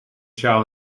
sjaal